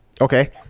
Okay